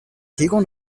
提供